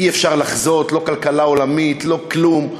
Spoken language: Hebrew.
אי-אפשר לחזות לא כלכלה עולמית, לא כלום.